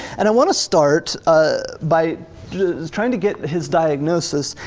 and i want to start ah by just trying to get his diagnosis,